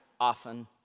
Often